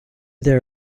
there